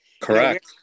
Correct